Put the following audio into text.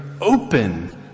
open